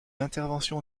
intervention